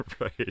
Right